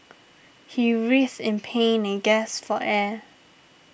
he writhed in pain and gasped for air